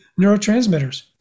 neurotransmitters